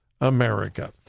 America